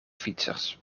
fietsers